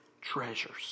treasures